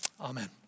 amen